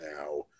now